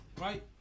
right